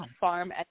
farm